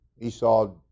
Esau